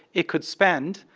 it could spend,